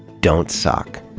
don't suck.